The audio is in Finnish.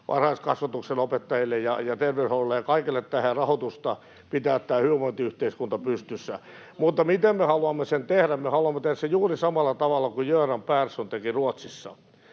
varhaiskasvatuksen opettajille töitä ja terveydenhuollolle ja kaikille rahoitusta pitää tämä hyvinvointiyhteiskunta pystyssä. Miten me haluamme sen tehdä? Me haluamme tehdä sen juuri samalla tavalla kuin Göran Persson teki Ruotsissa.